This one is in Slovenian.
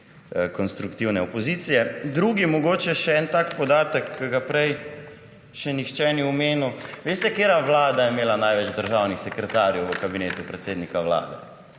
konstruktivne opozicije. Drugi, mogoče še en podatek, ki ga še nihče ni omenil. Veste, katera vlada je imela največ državnih sekretarjev v Kabinetu predsednika Vlade?